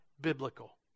biblical